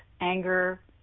anger